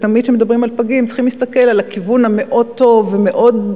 תמיד כשמדברים על פגים צריכים להסתכל על הכיוון הטוב מאוד,